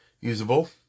usable